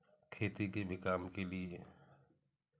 खेती के भी काम के लिए